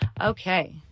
Okay